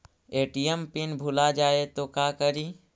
ATM pin भुला जाए तो का करी?